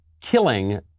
killing